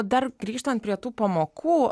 o dar grįžtant prie tų pamokų